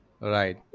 Right